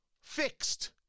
fixed